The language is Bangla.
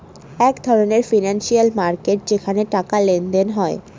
এক ধরনের ফিনান্সিয়াল মার্কেট যেখানে টাকার লেনদেন হয়